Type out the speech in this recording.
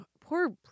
poor